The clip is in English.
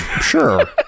Sure